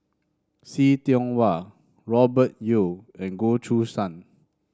See Tiong Wah Robert Yeo and Goh Choo San